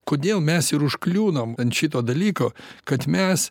kodėl mes ir užkliūnam ant šito dalyko kad mes